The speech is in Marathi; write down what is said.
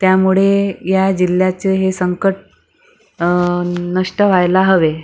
त्यामुळे या जिल्ह्याचे हे संकट नष्ट व्हायला हवे